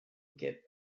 get